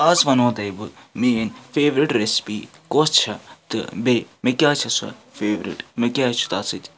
اَز وَنہو تۄہہِ بہٕ میٛٲنۍ فیٚورِٹ ریٚسِپی کۄس چھےٚ تہٕ بیٚیہِ مےٚ کیٛاہ چھےٚ سۄ فیورِٹ مےٚ کیٛازِ چھُ تَتھ سۭتۍ